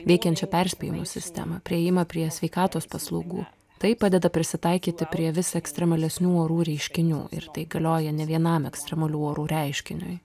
veikiančią perspėjimo sistemą priėjimą prie sveikatos paslaugų tai padeda prisitaikyti prie vis ekstremalesnių orų reiškinių ir tai galioja ne vienam ekstremalių orų reiškiniui